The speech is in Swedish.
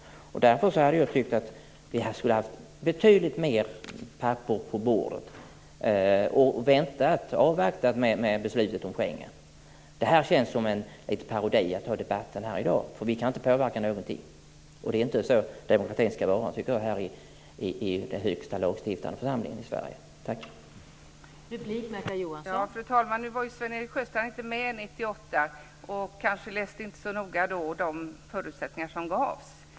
Därför tycker jag att vi skulle ha haft betydligt mer papper på bordet och avvaktat med beslutet om Schengen. Det känns som en parodi att ha den här debatten i dag eftersom vi inte kan påverka någonting. Det är inte så demokratin ska vara i den högsta lagstiftande församlingen i Sverige. Tack.